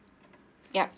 yup